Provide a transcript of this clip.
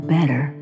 Better